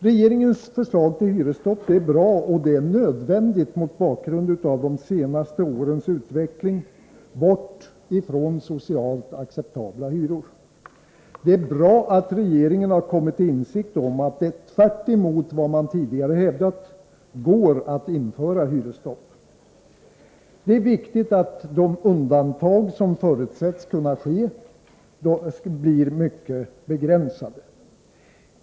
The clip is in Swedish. Regeringens förslag till hyresstopp är bra, och det är nödvändigt mot bakgrund av dé senaste årens utveckling bort från socialt acceptabla hyror. Det är bra att regeringen kommit till insikt om att det — tvärtemot vad man tidigare hävdat — går att införa hyresstopp. Det är viktigt att de undantag som förutsätts kunna ske blir mycket begränsade.